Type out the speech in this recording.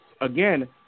again